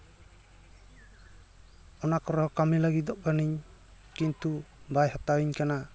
ᱚᱱᱟ ᱠᱚᱨᱮ ᱠᱟᱹᱢᱤ ᱞᱟᱹᱜᱤᱫᱚᱜ ᱠᱟᱹᱱᱟᱹᱧ ᱠᱤᱱᱛᱩ ᱵᱟᱭ ᱦᱟᱛᱟᱣᱤᱧ ᱠᱟᱱᱟ